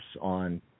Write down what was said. on